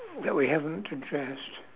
that we haven't addressed